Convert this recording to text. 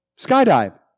skydive